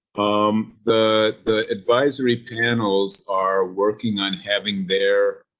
um, the, the advisory panels are working on having their.